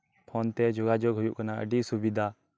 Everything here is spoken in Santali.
ᱯᱷᱳᱱᱛᱮ ᱡᱚᱜᱟᱡᱚᱜ ᱦᱩᱭᱩᱜ ᱟᱠᱟᱱᱟ ᱟᱹᱰᱤ ᱥᱩᱵᱤᱫᱷᱟ